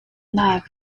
night